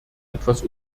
etwas